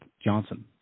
Johnson